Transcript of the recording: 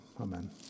Amen